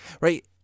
right